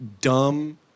dumb